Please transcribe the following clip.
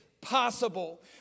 Possible